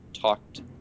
talked